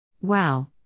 Wow